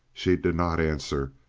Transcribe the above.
she did not answer,